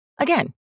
Again